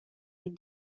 این